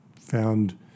found